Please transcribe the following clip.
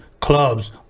clubs